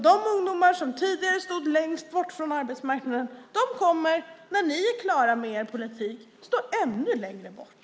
De ungdomar som tidigare stod långt bort från arbetsmarknaden kommer när ni är klara med er politik att stå ännu längre bort.